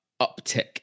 uptick